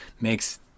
makes